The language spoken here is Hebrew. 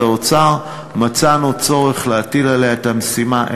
האוצר מצאנו צורך להטיל עליה את המשימה.